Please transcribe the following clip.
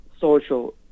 social